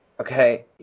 Okay